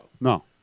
no